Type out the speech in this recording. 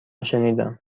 شنیدم